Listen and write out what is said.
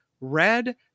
red